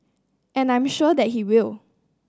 and I'm sure that he will